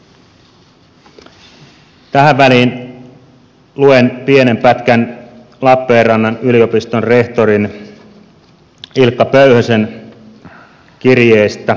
tähän väliin luen pienen pätkän lappeenrannan yliopiston rehtorin ilkka pöyhösen kirjeestä